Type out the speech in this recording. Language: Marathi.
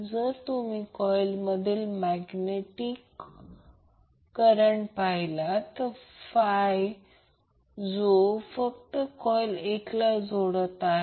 जर तुम्ही कॉइलमुळे मैग्नेटिक करंट पाहिला 11 जो फक्त कॉइल 1 ला जोडत आहे